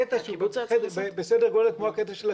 קטע בסדר גודל כמו הקטע של הקיבוץ.